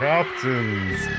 Captain's